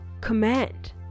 command